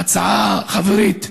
הצעה חברית: